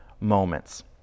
moments